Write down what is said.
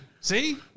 See